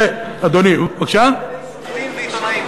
מה לגבי שופטים ועיתונאים?